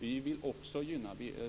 Vi vill också gynna cykeltrafiken.